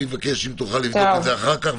אם תוכל לבדוק אחר כך,